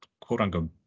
quote-unquote